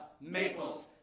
Maples